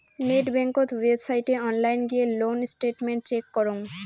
net বেংকত ওয়েবসাইটে online গিয়ে লোন স্টেটমেন্ট চেক করং